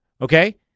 okay